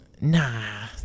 Nah